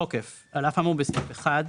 תוקף 3. על אף האמור בסעיף 1,